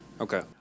Okay